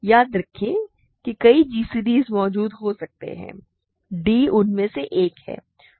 याद रखें कि कई gcds मौजूद हो सकते हैं d उनमें से एक है